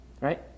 right